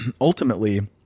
ultimately